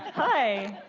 hi.